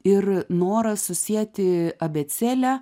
ir noras susieti abėcėlę